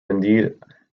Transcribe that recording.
indeed